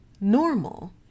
normal